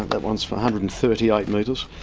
that one's one hundred and thirty eight metres,